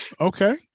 okay